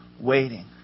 waiting